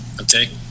Okay